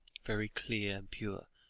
very clear and pure.